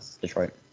Detroit